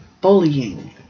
bullying